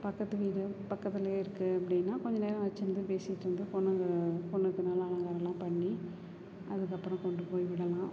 பக்கத்து வீடு பக்கத்துலேயே இருக்குது அப்படினா கொஞ்ச நேரம் வெச்சுருந்து பேசிகிட்டிருந்து பொண்ணுகள் பொண்ணுக்கு நல்லா அலங்காரமெலாம் பண்ணி அதுக்கப்புறம் கொண்டு போய் விடலாம்